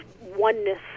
oneness